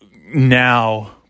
now